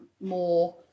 more